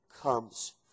comes